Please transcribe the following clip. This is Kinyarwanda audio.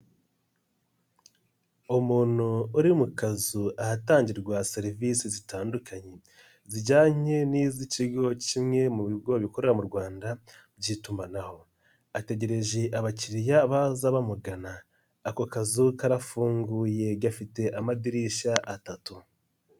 Umuntu uri mu kazu ahatangirwa serivisi zitandukanye zijyanye n'iz'ikigo kimwe mu bigo bikorera mu Rwanda by'itumanaho, ategereje abakiliriya baza bamugana, ako kazu karafunguye gafite amadirishya atatu.